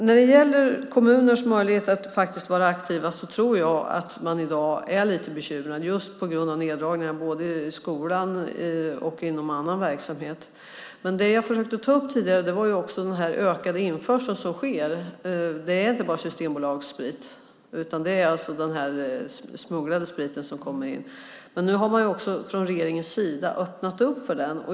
När det gäller kommuners möjlighet att vara aktiva tror jag att man där i dag är lite bekymrad på grund av neddragningar både i skolan och inom annan verksamhet. Det jag försökte ta upp tidigare var också den ökade införsel som sker. Det är inte bara Systembolagssprit. Det är den smugglade spriten som kommer in. Nu har man från regeringens sida öppnat för den.